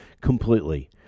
completely